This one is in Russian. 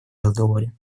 разговоре